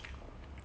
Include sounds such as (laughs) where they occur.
(laughs)